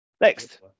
Next